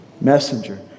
messenger